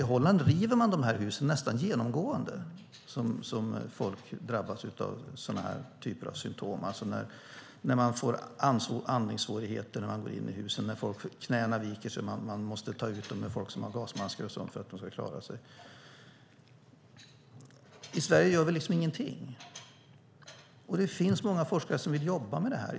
I Holland river man de här husen nästan genomgående när folk drabbas av den här typen av symtom, alltså andningssvårigheter när man går in i husen, att knäna viker sig och man måste ta ut folk med gasmasker för att de ska klara sig. I Sverige gör vi ingenting! Det finns många forskare som vill jobba med det här.